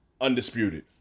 Undisputed